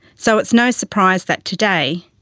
so it's no surprise that today,